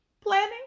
planning